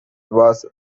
was